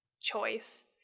choice